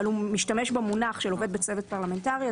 אבל הוא משתמש במונח של עובד בצוות פרלמנטרי,